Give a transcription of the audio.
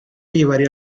llevaría